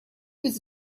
was